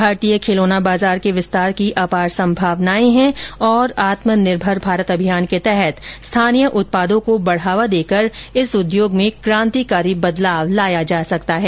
भारतीय खिलौना बाजार के विस्तार की आपार संभावनाएं हैं और आत्मनिर्भर भारत अभियान के तहत स्थानीय उत्पादों को बढ़ावा देकर इस उद्योग में क्रांतिकारी बदलाव लाया जा सकता है